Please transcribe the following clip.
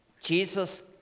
Jesus